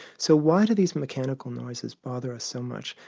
so why do these mechanical noises bother us so much?